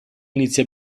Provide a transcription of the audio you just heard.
inizia